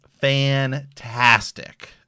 fantastic